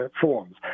forms